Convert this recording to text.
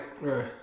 Right